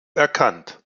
erkannt